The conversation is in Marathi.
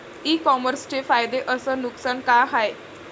इ कामर्सचे फायदे अस नुकसान का हाये